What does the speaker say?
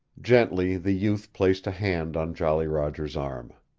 gently the youth placed a hand on jolly roger's arm.